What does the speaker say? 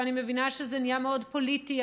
ואני מבינה שזה נהיה מאוד פוליטי.